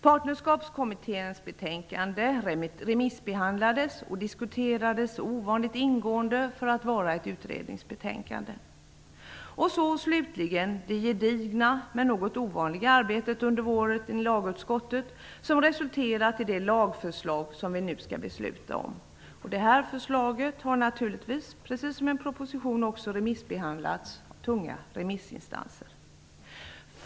Partnerskapskommitténs betänkande remissbehandlades och diskuterades ovanligt ingående för att vara ett utredningsbetänkande. Slutligen lades det gedigna, men något ovanliga, arbetet fram under våren i lagutskottet. Och nu resulterar arbetet i det lagförslag som vi nu skall fatta beslut om. Detta förslag har, precis som en proposition, remissbehandlats av tunga remissinstanser.